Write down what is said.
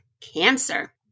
cancer